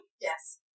Yes